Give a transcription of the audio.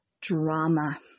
drama